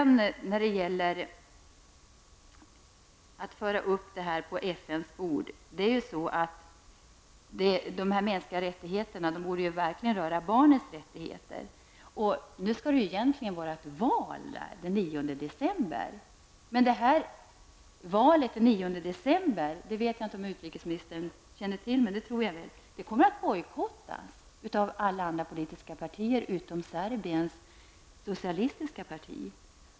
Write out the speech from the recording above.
När man lägger fram det här på FNs bord, bör man komma ihåg att de mänskliga rättigheterna också borde röra barnen. Det skall förrättas ett val den 9 december. Jag undrar om utrikesministern känner till att det valet kommer att bojkottas av alla partier utom Serbiens socialistiska parti.